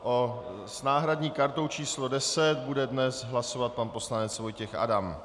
S náhradní kartou číslo 10 bude dnes hlasovat pan poslanec Vojtěch Adam.